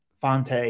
Fonte